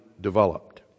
developed